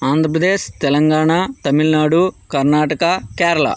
Andhra Pradesh Telangana Tamil Nadu Karnataka Kerala